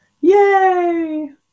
Yay